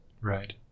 Right